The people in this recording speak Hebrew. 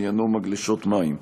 שעניינו מגלשות מים.